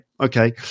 okay